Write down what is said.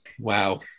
wow